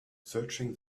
searching